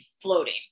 floating